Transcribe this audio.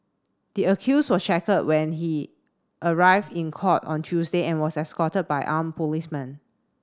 the accused was shackled when he arrived in court on Tuesday and was escorted by armed policemen